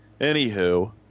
anywho